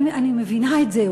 אני מבינה את זה,